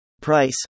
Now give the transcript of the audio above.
Price